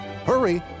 Hurry